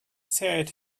said